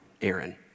Aaron